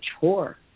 chore